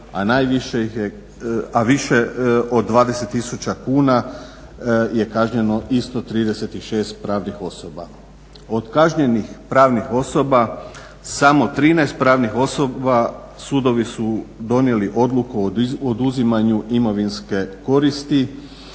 a više od 20 tisuća kuna je kažnjeno isto 36 pravnih osoba. Od kažnjenih pravnih osoba samo 13 pravnih osoba sudovi su donijeli odluku o oduzimanju imovinske koristi